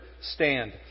stand